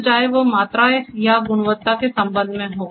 तो चाहे वह मात्रा या गुणवत्ता के संबंध में हो